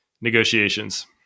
negotiations